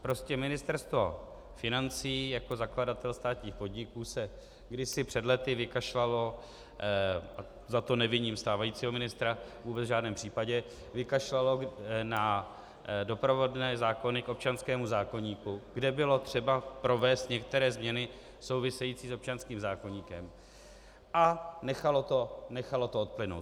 Prostě Ministerstvo financí jako zakladatel státních podniků se kdysi před lety vykašlalo za to neviním stávajícího ministra vůbec v žádném případě na doprovodné zákony k občanskému zákoníku, kde bylo třeba provést některé změny související s občanským zákoníkem, a nechalo to odplynout.